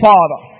Father